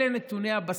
אלה נתוני הבסיס.